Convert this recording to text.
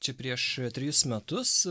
čia prieš trejus metus